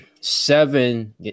seven